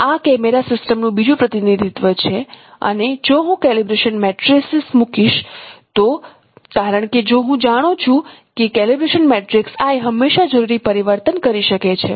આ કેમેરા સિસ્ટમનું બીજું પ્રતિનિધિત્વ છે અને જો હું કેલિબ્રેશન મેટ્રિસીસ મુકીશ તો કારણ કે જો હું જાણું છું કે કેલિબ્રેશન મેટ્રિસ I હંમેશા જરૂરી પરિવર્તન કરી શકે છે